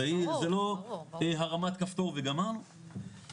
זה לא הרמת כפתור וגמרנו,